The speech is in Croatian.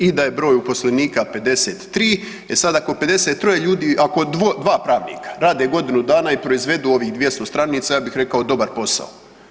I da je broj uposlenika 53, e sad ako 53 ljudi, ako dva pravnika rade godinu dana i proizvedu ovih 200 stranica, ja bih rekao dobar posao.